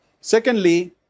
secondly